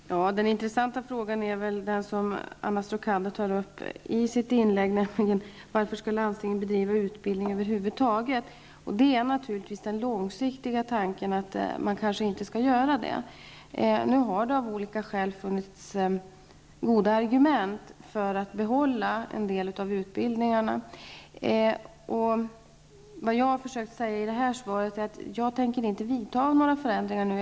Herr talman! Den intressanta frågan är väl den som Anna Stråkander tog upp i sitt inlägg, nämligen varför landstingen över huvud taget skall bedriva utbildning. Tanken är naturligtvis att de kanske inte skall göra det på lång sikt. Nu har det av olika skäl funnits goda argument för att behålla en del av utbildningarna. Vad jag har försökt säga i svaret är att jag inte tänker företa några förändringar nu.